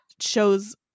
shows